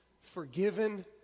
forgiven